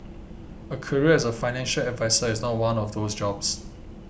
a career as a financial advisor is not one of those jobs